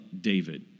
David